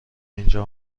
اینجا